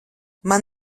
man